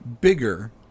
bigger